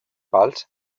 pals